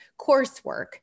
coursework